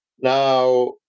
Now